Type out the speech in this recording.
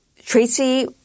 Tracy—